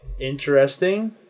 interesting